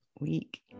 week